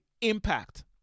impact